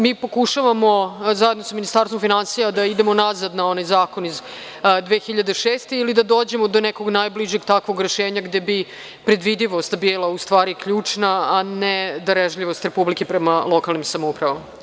Mi pokušavamo zajedno sa Ministarstvom finansija da idemo nazad na onaj zakon iz 2006. godine, ili da dođemo do nekog najbližeg takvog rešenja gde bi predvidivost bila u stvari ključna, a ne darežljivost Republike prema lokalnim samoupravama.